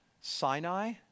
Sinai